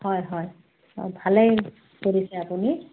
হয় হয় অঁ ভালেই কৰিছে আপুনি